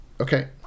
Okay